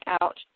out